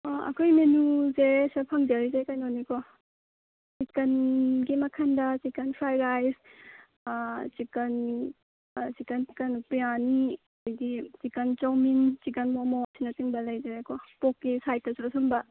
ꯑꯣ ꯑꯩꯈꯣꯏ ꯃꯦꯅꯨꯁꯦ ꯁꯤꯗ ꯐꯪꯖꯔꯤꯁꯦ ꯀꯩꯅꯣꯅꯤꯀꯣ ꯆꯤꯛꯀꯟꯒꯤ ꯃꯈꯜꯗ chicken fry rice chicken chicken biryani ꯑꯗꯩꯗꯤ ꯆꯤꯛꯀꯟ ꯆꯧꯃꯤꯟ ꯆꯤꯛꯀꯟ ꯃꯣꯃꯣ ꯑꯁꯤꯅ ꯆꯤꯡꯕ ꯂꯩꯖꯔꯦꯀꯣ ꯄꯣꯛꯀꯤ ꯁꯥꯏꯠꯇꯁꯨ ꯑꯁꯤꯒꯨꯝꯕ